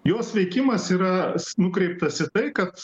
jos veikimas yra nukreiptas į tai kad